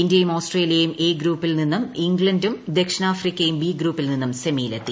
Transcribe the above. ഇന്ത്യയും ഓസ്ട്രേലിയയും എ ഗ്രൂപ്പിൽ നിന്നും ഇംഗ്ലണ്ടും ദക്ഷിണാഫ്രിക്കയും ബി ഗ്രൂപ്പിൽ നിന്നും സെമിയിലെത്തി